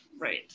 Right